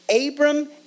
Abram